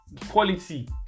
quality